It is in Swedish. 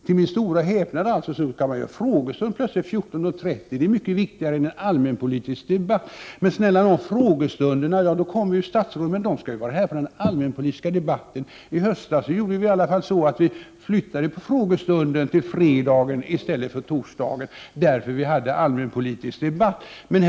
Hur tänker man egentligen i talmanskonferensen, när man lägger in en frågestund mitt i den allmänpolitiska debatten? Men, säger någon, på frågestunderna kommer ju statsråden. Ja, men de skall vara här under den allmänpolitiska debatten också! I höstas gjorde man i alla fall så att frågestunden flyttades till fredagen därför att vi hade allmänpolitisk debatt på torsdagen.